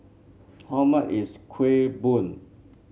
how much is Kueh Bom